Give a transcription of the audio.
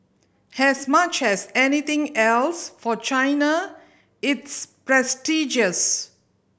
as much as anything else for China it's prestigious